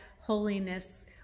holiness